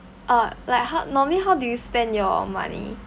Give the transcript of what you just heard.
uh like how normally how do you spend your money